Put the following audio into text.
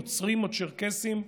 נוצרים או צ'רקסים,